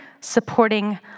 supporting